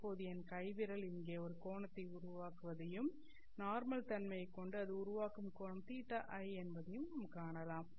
இப்போது என் கை விரல் இங்கே ஒரு கோணத்தை உருவாக்குவதையும் நார்மல் தன்மையைக் கொண்டு அது உருவாக்கும் கோணம் θi என்பதையும் நாம் காணலாம்